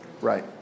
Right